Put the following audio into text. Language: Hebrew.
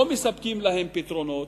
לא מספקים להם פתרונות,